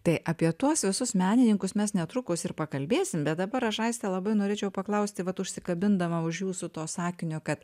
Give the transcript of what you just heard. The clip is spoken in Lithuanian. tai apie tuos visus menininkus mes netrukus ir pakalbėsime bet dabar aš aistė labai norėčiau paklausti vat užsikabindama už jūsų to sakinio kad